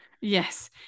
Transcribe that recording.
yes